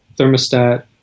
thermostat